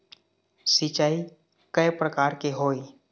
सिचाई कय प्रकार के होये?